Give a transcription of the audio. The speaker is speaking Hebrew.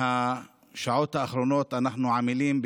מהשעות האחרונות אנחנו עמלים,